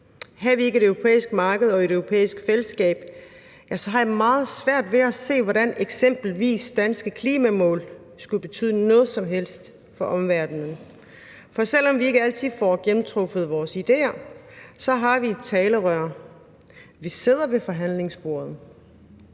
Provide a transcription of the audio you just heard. Havde vi ikke et europæisk marked og et europæisk fællesskab, ja, så har jeg meget svært ved at se, hvordan eksempelvis danske klimamål skulle betyde noget som helst for omverdenen, for selv om vi ikke altid får gennemtrumfet vores ideer, har vi et talerør. Vi sidder ved forhandlingsbordet.